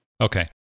Okay